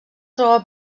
troba